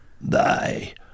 Thy